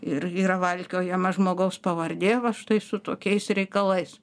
ir yra valkiojama žmogaus pavardė va štai su tokiais reikalais